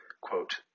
quote